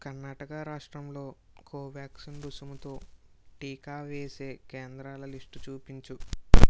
కర్ణాటక రాష్ట్రంలో కోవ్యాక్సిన్ రుసుముతో టీకా వేసే కేంద్రాల లిస్టు చూపించు